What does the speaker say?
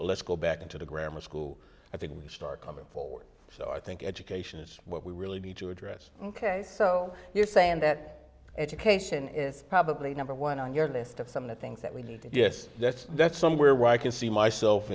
let's go back into the grammar school i think we start coming forward so i think education is what we really need to address ok so you're saying that education is probably number one on your list of some of the things that we need yes that's that's somewhere where i can see myself